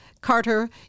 Carter